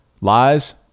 Lies